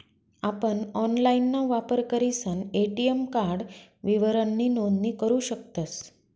आपण ऑनलाइनना वापर करीसन ए.टी.एम कार्ड विवरणनी नोंदणी करू शकतस